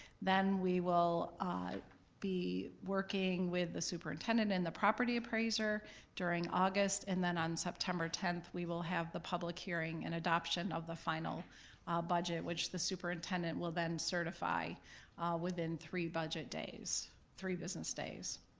then we will be working with the superintendent and the property appraiser during august and then on september tenth, we will have the public hearing and adoption of the final ah budget which the superintendent will then certify within three budget days, three business days.